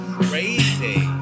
crazy